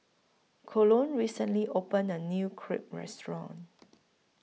Colon recently opened A New Crepe Restaurant